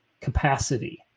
capacity